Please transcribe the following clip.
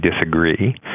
disagree